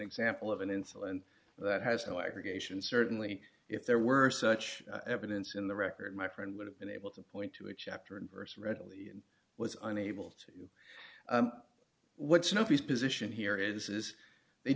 example of an insulin that has no aggregation certainly if there were such evidence in the record my friend would have been able to point to a chapter and verse readily and was unable to what snuffy's position here is is they